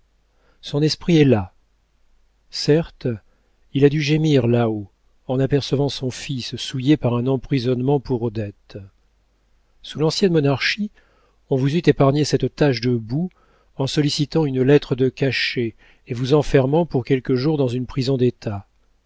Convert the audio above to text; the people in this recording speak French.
son esprit est là certes il a dû gémir là-haut en apercevant son fils souillé par un emprisonnement pour dettes sous l'ancienne monarchie on vous eût épargné cette tache de boue en sollicitant une lettre de cachet et vous enfermant pour quelques jours dans une prison d'état